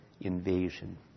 invasion